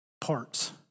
parts